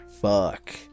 Fuck